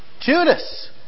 Judas